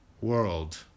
world